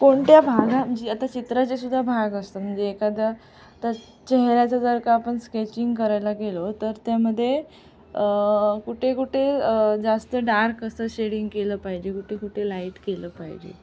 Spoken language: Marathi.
कोणत्या भागात जी आता चित्राचे सुद्धा भाग असतात म्हणजे एखाद्या ता चेहऱ्याचं जर का आपण स्केचिंग करायला गेलो तर त्यामध्ये कुठे कुठे जास्त डार्क असं शेडिंग केलं पाहिजे कुठे कुठे लाईट केलं पाहिजे